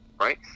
Right